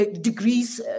degrees